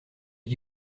qui